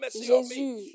Jésus